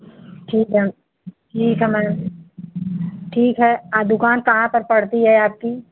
ठीक है अब यही था बस ठीक है आ दुकान कहाँ पर पड़ती है आपकी